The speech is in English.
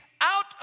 out